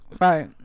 Right